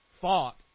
fought